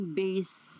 base